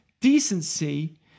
decency